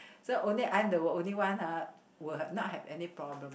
so only I am the only one !huh! would not have any problem